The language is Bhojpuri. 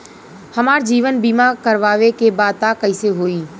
हमार जीवन बीमा करवावे के बा त कैसे होई?